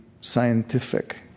scientific